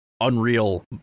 unreal